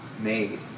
made